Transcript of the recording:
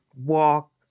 walk